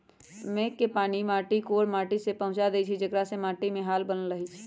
मेघ के पानी माटी कोर माटि में पहुँचा देइछइ जेकरा से माटीमे हाल बनल रहै छइ